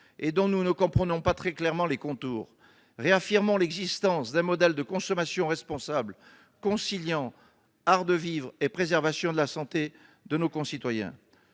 et dont nous ne comprenons pas bien clairement les contours. Réaffirmons un modèle de consommation responsable conciliant art de vivre et préservation de la santé de nos concitoyens